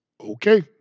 Okay